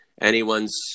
anyone's